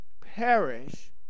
perish